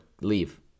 leave